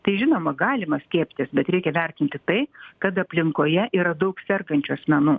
tai žinoma galima skiepytis bet reikia vertinti tai kad aplinkoje yra daug sergančių asmenų